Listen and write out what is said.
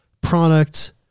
product